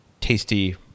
tasty